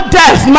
death